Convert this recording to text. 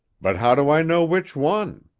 but how do i know which one?